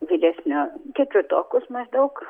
vyresnio ketvirtokus maždaug